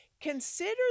consider